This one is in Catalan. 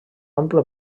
ample